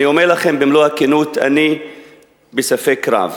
אני אומר לכם במלוא הכנות: אני בספק רב.